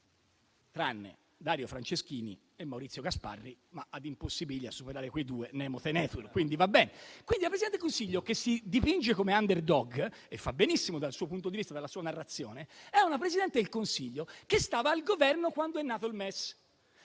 tranne Dario Franceschini e Maurizio Gasparri, ma *ad impossibilia nemo tenetur*, per superare quei due, per cui va bene. Quindi, la Presidente del Consiglio che si dipinge come *underdog* - e fa benissimo dal punto di vista della sua narrazione - è una Presidente del Consiglio che stava al Governo quando è nato il MES.